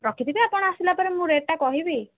ରଖିଥିବି ଆପଣ ଆସିଲା ପରେ ମୁଁ ରେଟ୍ଟା କହିବି